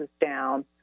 down